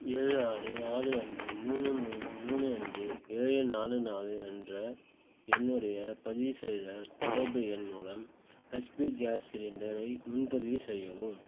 ஏழு ஆறு ஆறு அஞ்சு மூணு மூணு மூணு அஞ்சு ஏழு நாலு நாலு என்ற என்னுடைய பதிவு செய்த தொடர்பு எண் மூலம் ஹச்பி கேஸ் சிலிண்டரை முன்பதிவு செய்யவும்